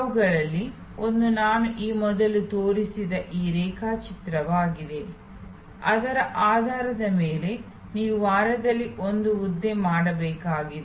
ಅವುಗಳಲ್ಲಿ ಒಂದು ನಾನು ಈ ಮೊದಲು ತೋರಿಸಿದ ಈ ರೇಖಾಚಿತ್ರವಾಗಿದೆ ಅದರ ಆಧಾರದ ಮೇಲೆ ನೀವು ವಾರದಲ್ಲಿ ಒಂದು ಹುದ್ದೆ ಮಾಡಬೇಕಾಗಿದೆ